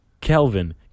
Kelvin